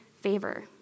favor